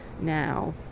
now